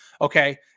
Okay